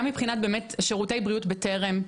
גם מבחינת שירותי בריאות בטרם,